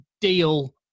deal